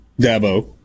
Dabo